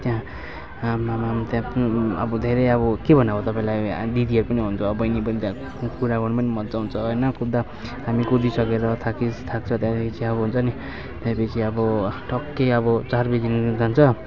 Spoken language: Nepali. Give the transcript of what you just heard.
त्यहाँ आम्मामामा त्यहाँ पनि अब धेरै अब के भन्नु अब तपाईँलाई दिदीहरू पनि हुन्छ बहिनी पनि त्यहाँ कुरा गर्नु पनि मज्जा आउँछ होइन कुद्दा हामी कुदिसकेर थाकी थाक्छ त्यहाँदेखि चाहिँ अब हुन्छ नि त्यहाँदेखि अब टक्कै अब चार बजीदेखि जान्छ